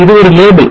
இது ஒரு லேபிள்